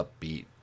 upbeat